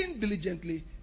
diligently